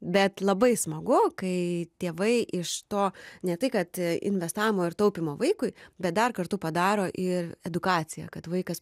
bet labai smagu kai tėvai iš to ne tai kad investavimo ir taupymo vaikui bet dar kartu padaro ir edukaciją kad vaikas